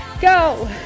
Go